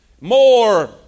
more